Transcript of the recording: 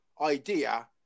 idea